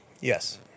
Yes